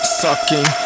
sucking